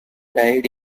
died